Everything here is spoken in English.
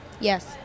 Yes